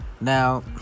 Now